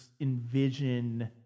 envision